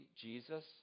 Jesus